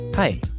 Hi